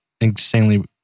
insanely